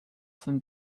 from